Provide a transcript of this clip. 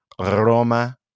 Roma